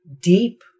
deep